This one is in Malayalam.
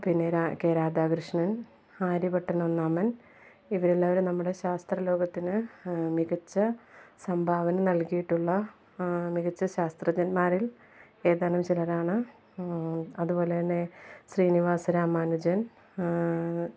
പിന്നെ കെ രാധാകൃഷ്ണൻ ആര്യഭട്ടൻ ഒന്നാമൻ ഇവരെല്ലാവരും നമ്മുടെ ശാസ്ത്ര ലോകത്തിന് മികച്ച സംഭാവന നൽകിയിട്ടുള്ള മികച്ച ശാസ്ത്രജ്ഞന്മാരിൽ ഏതാനും ചിലരാണ് അതുപോലെ തന്നെ ശ്രീനിവാസ രാമാനുജൻ